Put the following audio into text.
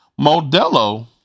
Modelo